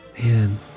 Man